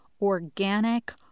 organic